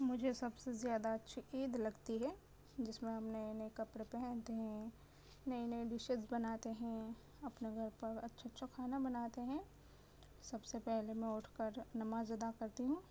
مجھے سب سے زیادہ اچھی عید لگتی ہے جس میں ہم نئے نئے کپڑے پہنتے ہیں نئی نئی ڈشیز بناتے ہیں اپنے گھر پر اچھا چھا کھانا بناتے ہیں سب سے پہلے میں اٹھ کر نماز ادا کرتی ہوں